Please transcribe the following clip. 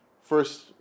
First